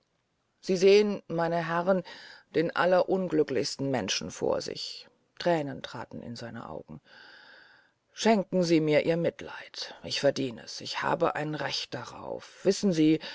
sie sehn meine herren den allerunglücklichsten menschen vor sich thränen traten in seine augen schenken sie mir ihr mitleid ich verdien es ich habe ein recht darauf wissen sie